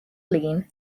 lean